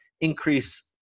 increase